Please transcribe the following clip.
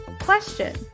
Question